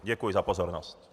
Děkuji za pozornost.